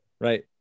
right